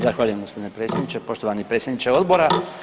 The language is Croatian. Zahvaljujem gospodine predsjedniče, poštovani predsjedniče Odbora.